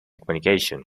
communication